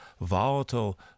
volatile